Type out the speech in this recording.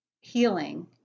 healing